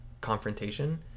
confrontation